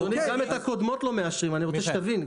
גם את הקודמות לא מאשרים, אני רוצה שתבין.